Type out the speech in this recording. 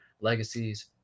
legacies